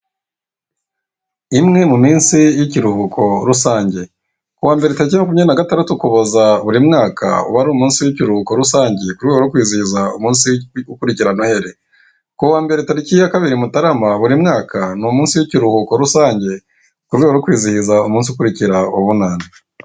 Imwe mu minsi y'ikiruhuko rusange, kuwa mbere tariki ya makumyabiri na gatandatu Ukuboza buri mwaka, wari umunsi w'ikiruhuko rusange ku rwego wo kwizihiza umunsi ukurikira noheli. Kuwa mbere tariki ya kabiri Mutarama buri mwaka, ni umunsi w'ikiruhuko rusange mu rwego rwo kwizihiza umunsi ukurikira ubunane.